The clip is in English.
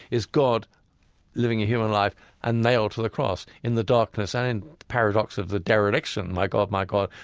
is god living a human life and nailed to the cross in the darkness and in the paradox of the dereliction my god, my god,